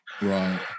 Right